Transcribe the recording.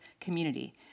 community